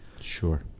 Sure